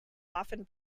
often